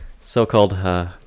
so-called